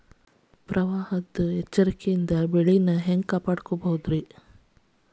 ಪ್ರವಾಹಗಳ ಎಚ್ಚರಿಕೆಯಿಂದ ಬೆಳೆಗಳನ್ನ ಹ್ಯಾಂಗ ರಕ್ಷಿಸಿಕೊಳ್ಳಬಹುದುರೇ?